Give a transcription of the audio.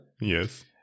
Yes